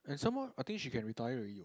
and some more I think she can retire already what